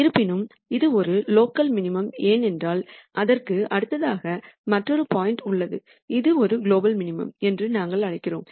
இருப்பினும் இது ஒரு லோக்கல் மினிமம் ஏனென்றால் அதற்கு அடுத்ததாக மற்றொரு பாயிண்ட் உள்ளது இது குலோபல் மினிமம் என்று நாங்கள் அழைக்கிறோம்